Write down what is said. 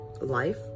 life